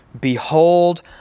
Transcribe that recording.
Behold